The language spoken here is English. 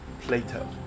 Plato